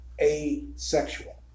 asexual